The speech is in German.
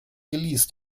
geleast